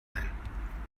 ein